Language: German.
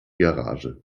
garage